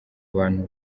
bantu